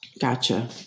Gotcha